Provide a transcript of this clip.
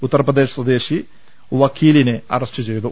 ഉത്തർപ്രദേശ് സ്വദേശി വ്ഖീലിനെ അറസ്റ്റു ചെയ്തു